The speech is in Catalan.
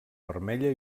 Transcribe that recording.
vermella